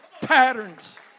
Patterns